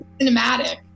cinematic